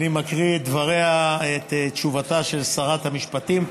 אני מקריא את תשובתה של שרת המשפטים.